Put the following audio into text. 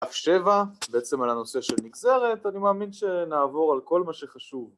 דף שבע בעצם על הנושא של נגזרת, אני מאמין שנעבור על כל מה שחשוב